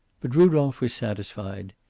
but rudolph was satisfied.